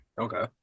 Okay